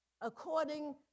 according